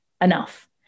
enough